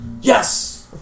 Yes